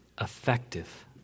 effective